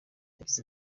yagize